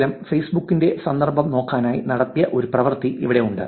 കേവലം ഫെയ്സ്ബുക്കിന്റെ സന്ദർഭം നോക്കാനായി നടത്തിയ ഒരു പ്രവൃത്തി ഇവിടെയുണ്ട്